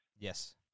Yes